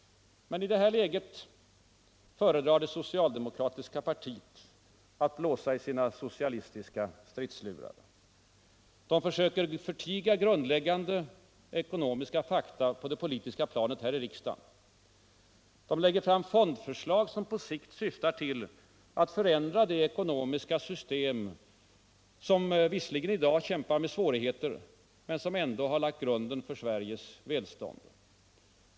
Men i det här läget föredrar det socialdemokratiska partiet aut blåsa i de socialistiska stridslurarna. Socialdemokraterna söker förtiga ekonomiska grundläggande fakta på det politiska planet här i riksdagen. De lägger fram fondförslag som på sikt syftar till att förändra det ekonomiska system som visserligen i dag kämpar med svårigheter men som ändå lagt grunden för Sveriges välstånd.